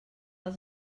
els